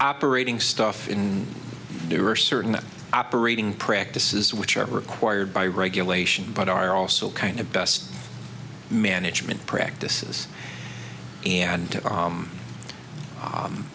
operating stuff in there are certain operating practices which are required by regulation but are also kind of best management practices